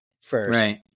First